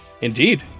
Indeed